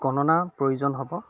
গণনা প্ৰয়োজন হ'ব